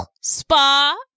Spa